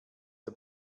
der